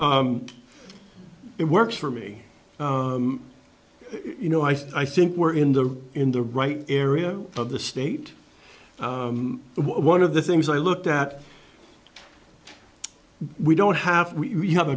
it works for me you know i think we're in the in the right area of the state but one of the things i looked at we don't have we have